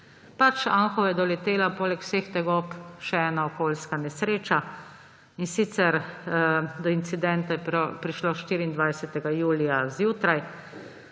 Pač, Anhovo je doletela poleg vseh tegob, še ena okoljska nesreča, in sicer do incidenta je prišlo 24. julija zjutraj,